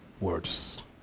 Words